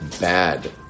bad